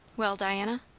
well, diana?